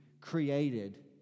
created